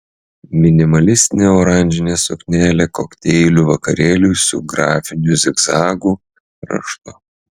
minimalistinė oranžinė suknelė kokteilių vakarėliui su grafiniu zigzagų raštu